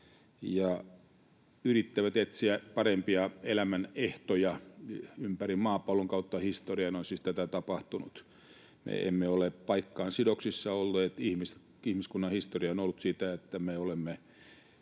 ja yrittävät etsiä parempia elämänehtoja. Ympäri maapallon kautta historian tätä on siis tapahtunut. Me emme ole olleet paikkaan sidoksissa. Ihmiskunnan historia on ollut sitä, että me olemme